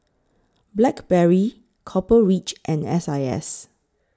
Blackberry Copper Ridge and S I S